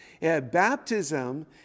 Baptism